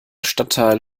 stadtteil